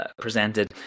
presented